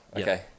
Okay